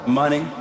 money